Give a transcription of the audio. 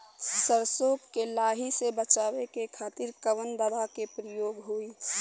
सरसो के लही से बचावे के खातिर कवन दवा के प्रयोग होई?